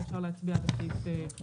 ואפשר להצביע על הסעיף בנוסח שפורסם.